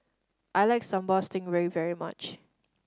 I like Sambal Stingray very much